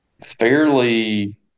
Fairly